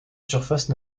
surface